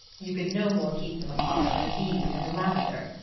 you could no more keep them apart than the bees and the lavender.